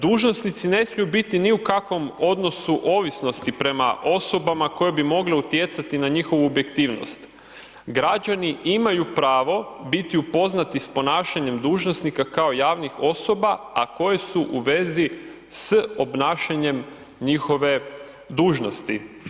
Dužnosnici ne smiju biti ni u kakvom odnosu ovisnosti prema osobama koje bi mogle utjecati na njihovu objektivnost, građani imaju pravo upoznati s ponašanjem dužnosnika kao javnih osoba, a koje su u vezi s obnašanjem njihove dužnosti.